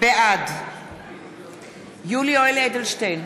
בעד יולי יואל אדלשטיין,